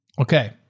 Okay